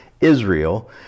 Israel